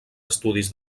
estudis